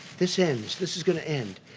this ends. this is going to end.